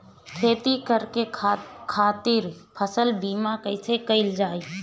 खेती करे के खातीर फसल बीमा कईसे कइल जाए?